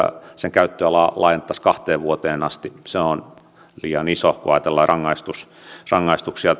käyttöä laajennettaisiin kahteen vuoteen asti se on liian iso muutos kun ajatellaan rangaistuksia